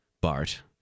Bart